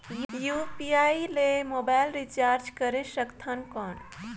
UPI ले mobile recharge करे सकथन कौन?